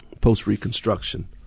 post-Reconstruction